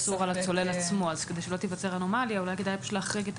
לעניין צלילת היכרות למי שמלאו לו 8 שנים ובידי מי שהוסמך על פי